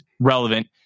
relevant